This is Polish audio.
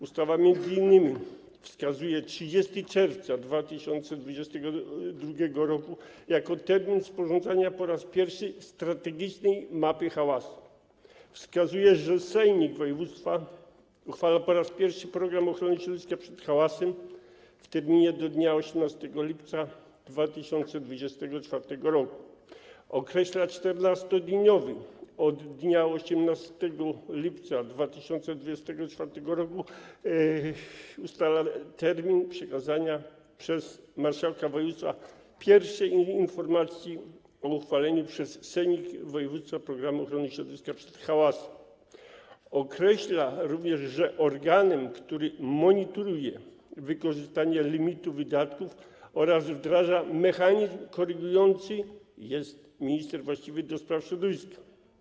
Ustawa m.in. wskazuje 30 czerwca 2022 r. jako termin sporządzenia po raz pierwszy strategicznej mapy hałasu, wskazuje, że sejmik województwa uchwala po raz pierwszy program ochrony środowiska przed hałasem w terminie do dnia 18 lipca 2024 r., określa 14-dniowy od dnia 18 lipca 2024 r. termin przekazania przez marszałka województwa pierwszej informacji o uchwaleniu przez sejmik województwa programu ochrony środowiska przed hałasem, jak również określa, że organem, który monitoruje wykorzystanie limitu wydatków oraz wdraża mechanizm korygujący, jest minister właściwy do spraw środowiska.